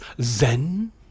Zen